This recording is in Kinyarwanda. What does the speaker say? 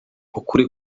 ukuri